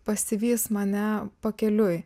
pasivys mane pakeliui